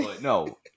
no